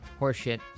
Horseshit